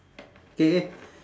K